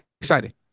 exciting